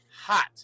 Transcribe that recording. hot